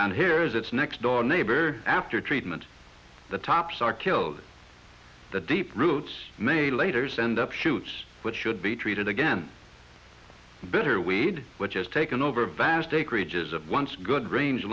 and here is its next door neighbor after treatment the tops are killed the deep roots maybe later send up shoots but should be treated again better weed which has taken over vast acreage is of once good range